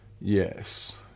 yes